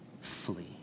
Flee